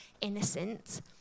innocent